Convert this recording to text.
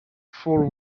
for